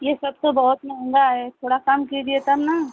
ये सब तो बहुत महँगा है थोड़ा कम कीजिए तब ना